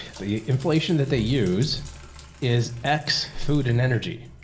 the inflation that they use is ex food and energy.